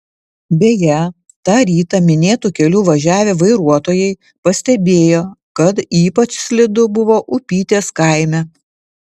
beje tą rytą minėtu keliu važiavę vairuotojai pastebėjo kad ypač slidu buvo upytės kaime